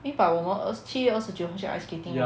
eh but 我们二十七月二十九号去 ice skating hor